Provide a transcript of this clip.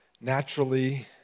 naturally